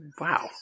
Wow